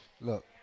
look